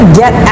get